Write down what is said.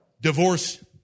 Divorce